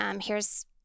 heres